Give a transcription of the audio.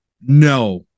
no